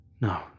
No